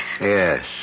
Yes